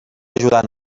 ajudant